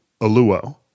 Aluo